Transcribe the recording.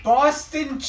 Boston